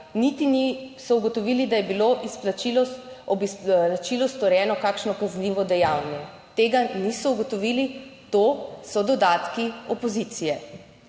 niti niso ugotovili, da je bilo izplačilo, ob izplačilu storjeno kakšno kaznivo dejanje. Tega niso ugotovili. To so dodatki opozicije.